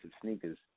sneakers